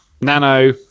Nano